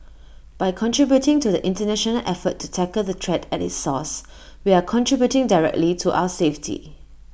by contributing to the International effort to tackle the threat at its source we are contributing directly to our safety